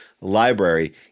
library